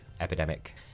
epidemic